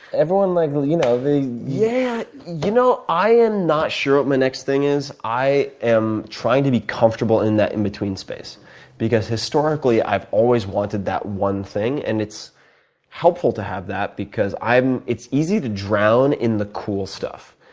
everyone like, you know, they yeah, you know, i am not sure what my next thing is. i am trying to be comfortable in that in-between space because historically i've always wanted that one thing, and it's helpful to have that because i'm it's easy to drown in the cool stuff,